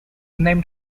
named